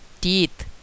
teeth